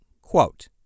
Quote